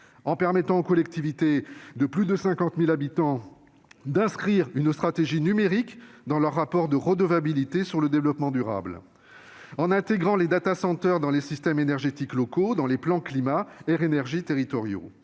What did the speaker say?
en permettant aux collectivités de plus de 50 000 habitants d'inscrire une stratégie numérique dans leur rapport de redevabilité sur le développement durable ; en intégrant les dans les systèmes énergétiques locaux et dans les plans climat-air-énergie territoriaux